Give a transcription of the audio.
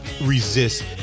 resist